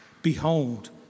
Behold